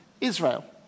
Israel